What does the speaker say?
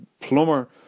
plumber